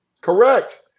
Correct